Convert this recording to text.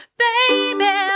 baby